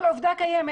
אבל זאת עובדה קיימת.